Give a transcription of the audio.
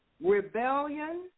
rebellion